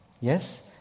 Yes